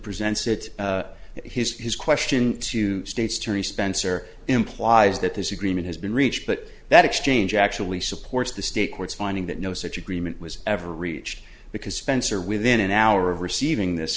presents it his question to state's attorney spencer implies that this agreement has been reached but that exchange actually supports the state courts finding that no such agreement was ever reached because spencer within an hour of receiving this